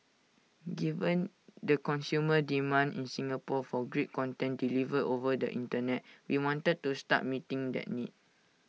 given the consumer demand in Singapore for great content delivered over the Internet we wanted to start meeting that need